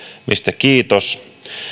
mistä kiitos